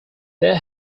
they